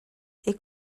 est